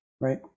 right